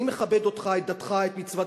אני מכבד אותך, את דתך, את מצוותך.